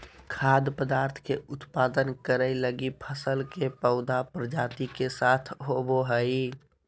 खाद्य पदार्थ के उत्पादन करैय लगी फसल के पौधा प्रजाति के साथ होबो हइ